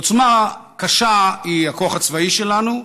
עוצמה קשה היא הכוח הצבאי שלנו,